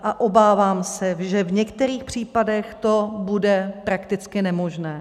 A obávám se, že v některých případech to bude prakticky nemožné.